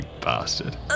bastard